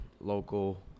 local